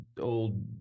old